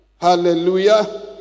Hallelujah